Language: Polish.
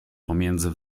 pomiędzy